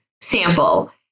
sample